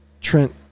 Trent